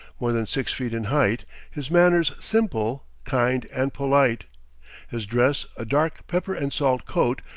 more than six feet in height his manners simple, kind, and polite his dress a dark pepper-and-salt coat,